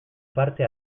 parte